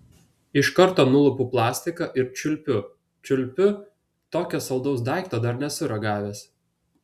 iš karto nulupu plastiką ir čiulpiu čiulpiu tokio saldaus daikto dar nesu ragavęs